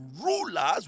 rulers